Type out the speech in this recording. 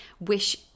wish